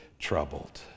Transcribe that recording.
troubled